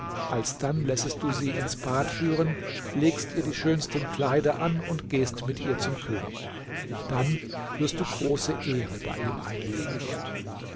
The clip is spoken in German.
alsdann lässest du sie ins bad führen legst ihr die schönsten kleider an und gehst mit ihr zum könig dann wirst du große ehre bei ihm einlegen